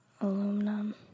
aluminum